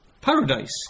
paradise